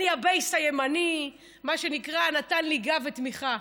אני, ה-base הימני, מה שנקרא, נתן לי גב ותמיכה.